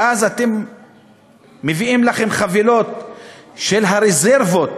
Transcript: ואז מביאים לכם חבילות של הרזרבות